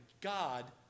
God